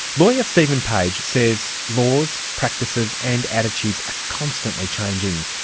lawyer stephen page says laws, practices and attitudes are constantly changing.